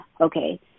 okay